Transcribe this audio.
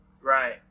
Right